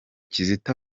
kizito